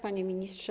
Panie Ministrze!